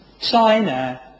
China